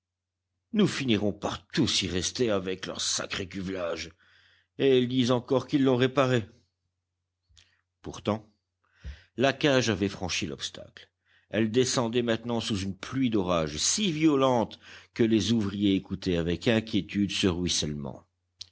nous finirons par tous y rester avec leur sacré cuvelage et ils disent encore qu'ils l'ont réparé pourtant la cage avait franchi l'obstacle elle descendait maintenant sous une pluie d'orage si violente que les ouvriers écoutaient avec inquiétude ce ruissellement